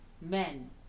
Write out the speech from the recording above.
men